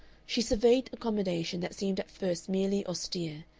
she surveyed accommodation that seemed at first merely austere,